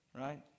Right